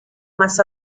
más